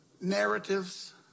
narratives